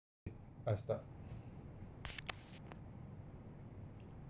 let's start